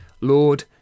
Lord